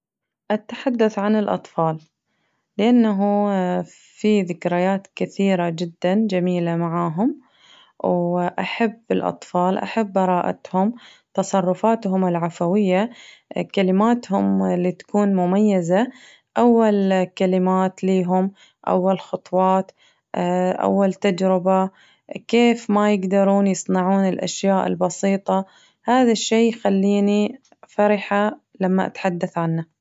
التحدث عن الأطفال لأنه في ذكريات كثيرة جداً جميلة معاهم وأحب الأطفال أحب برائتهم تصرفاتهم العفوية كلماتهم اللي تكون مميزة أول كلمات ليهم أول خطوات أول تجربة كيف ما يقدرون يصنعون الأشياء البسيطة هذا الشي يخليني فرحة لما أتحدث عنه.